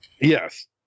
Yes